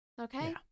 okay